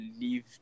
leave